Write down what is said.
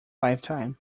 lifetime